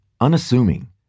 unassuming